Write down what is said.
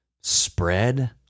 spread